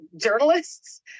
journalists